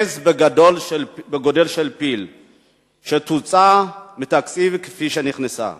עז בגודל של פיל שתוצא מהתקציב כפי שנכנסה.